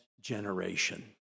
generation